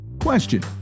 Question